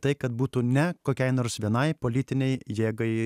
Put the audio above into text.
tai kad būtų ne kokiai nors vienai politinei jėgai